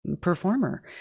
performer